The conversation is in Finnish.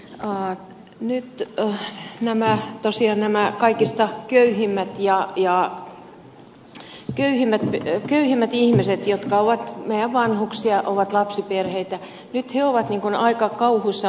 nyt tosiaan nämä kaikista köyhimmät ihmiset jotka ovat meidän vanhuksia ovat lapsiperheitä ovat aika kauhuissaan